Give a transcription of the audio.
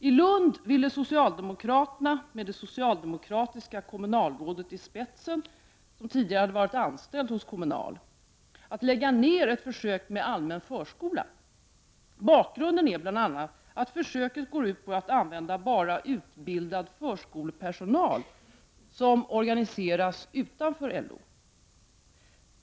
I Lund ville socialdemokraterna med det socialdemokratiska kommunalrådet i spetsen, som tidigare varit anställd hos Kommunal, lägga ner ett försök med allmän förskola. Bakgrunden är bl.a. att försöket går ut på att använda bara utbildad förskolepersonal som organiseras utanför LO.